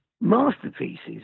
masterpieces